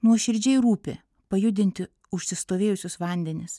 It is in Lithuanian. nuoširdžiai rūpi pajudinti užsistovėjusius vandenis